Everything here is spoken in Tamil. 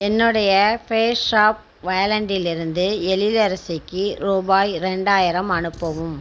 என்னுடைய பேஸாப் வாலெட்டிலிருந்து எழிலரசிக்கு ரூபாய் ரெண்டாயிரம் அனுப்பவும்